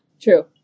True